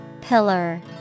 Pillar